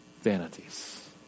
vanities